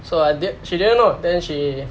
so I di~ she didn't know then she